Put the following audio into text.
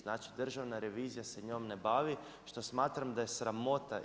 Znači Državna revizija se s njom ne bavi, što smatram da je sramota.